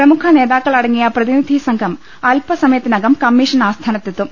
പ്രമുഖ നേതാക്കളടങ്ങിയ പ്രതിനിധിസംഘം അല് പ സമയത്തിനകം കമ്മീഷൻ ആസ്ഥാനത്തെത്തും